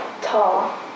tall